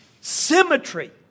symmetry